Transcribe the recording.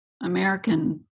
American